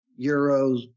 euros